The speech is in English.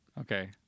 Okay